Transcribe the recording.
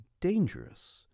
dangerous